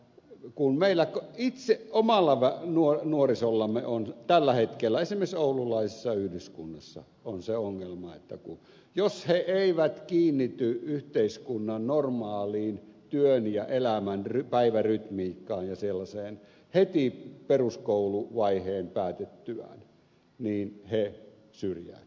kun meillä omalla nuorisollamme tällä hetkellä esimerkiksi oululaisessa yhdyskunnassa on se ongelma että jos he eivät kiinnity yhteiskunnan normaaliin työn ja elämän päivärytmiikkaan ja sellaiseen heti peruskouluvaiheen päätettyään he syrjäytyvät